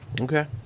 Okay